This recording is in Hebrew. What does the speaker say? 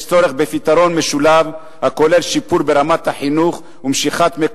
יש צורך בפתרון משולב הכולל שיפור ברמת החינוך